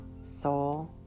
Soul